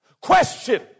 Question